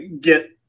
get